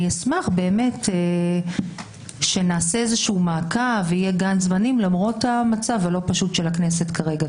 אני אשמח שנעשה מעקב למרות המצב הלא פשוט של הכנסת כרגע.